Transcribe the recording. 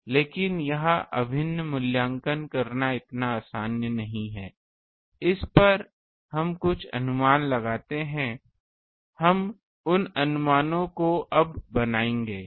लेकिन यह अभिन्न मूल्यांकन करना इतना आसान नहीं है इस पर हम कुछ अनुमान लगाते हैं हम उन अनुमानों को अब बनायेंगे